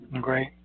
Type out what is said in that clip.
Great